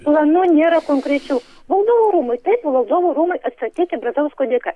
planų nėra konkrečių valdovų rūmai taip valdovų rūmai atstatyti brazausko dėka